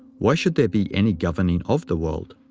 why should there be any governing of the world?